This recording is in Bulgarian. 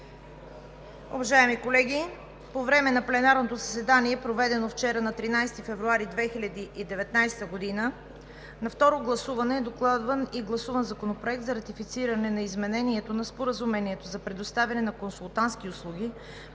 Уважаеми колеги, по време на пленарното заседание, проведено вчера, на 13 февруари 2019 г., на второ гласуване е докладван и гласуван Законопроекта за ратифициране на Изменението на Споразумението за предоставяне на консултантски услуги